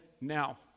now